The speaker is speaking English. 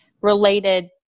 related